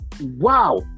Wow